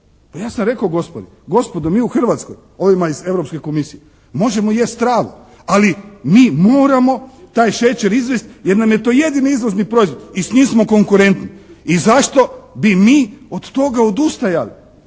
Pa ja sam rekao gospodi, gospodo mi u Hrvatskoj, ovima iz Europske komisije, možemo jesti travu ali mi moramo taj šećer izvesti jer nam je to jedini izvozni proizvod i s njim smo konkurentni i zašto bi mi od toga odustajali.